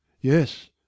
yes